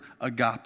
agape